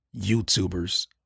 YouTubers